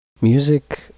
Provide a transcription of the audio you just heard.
Music